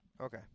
Okay